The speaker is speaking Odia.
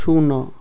ଶୂନ